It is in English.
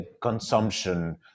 consumption